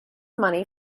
money